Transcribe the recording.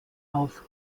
auf